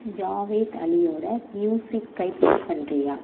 ஜாவேத் அலியோட மியூசிக்கைப் ப்ளே பண்ணுறியா